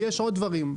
ויש עוד דברים.